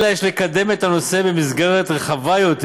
אלא יש לקדם את הנושא במסגרת רחבה יותר,